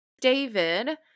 David